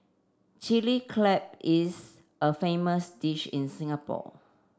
Chilli Crab is a famous dish in Singapore